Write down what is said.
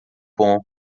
bom